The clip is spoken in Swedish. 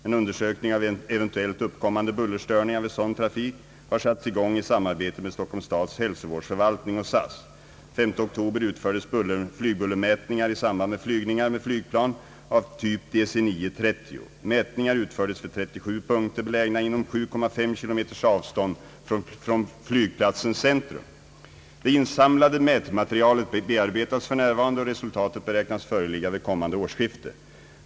En undersökning av eventuellt uppkommande =: bullerstörningar vid sådan trafik har satts i gång i samarbete med Stockholms stads hälsovårdsförvaltning och SAS. Den 5 oktober utfördes flygbullermätningar i samband med flygningar med flygplan av typ DC-9-30. Mätningar utfördes vid 37 punkter belägna inom 7,5 km avstånd från flygplatsens centrum. Det insamlade mätmaterialet bearbetas f. n. och resultatet beräknas föreligga vid kommande årsskifte.